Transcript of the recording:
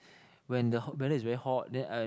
when the hot weather is very hot then I